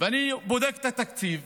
ואני בודק את התקציב